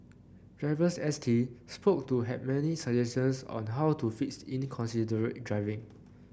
drivers S T spoke to had many suggestions on how to fix inconsiderate driving